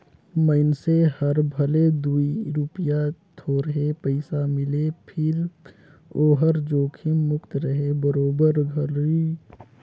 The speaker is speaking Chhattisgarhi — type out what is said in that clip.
मइनसे हर भले दूई रूपिया थोरहे पइसा मिले फिर ओहर जोखिम मुक्त रहें बरोबर घरी मे बियाज मिल जाय